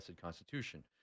Constitution